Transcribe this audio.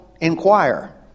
inquire